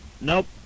Nope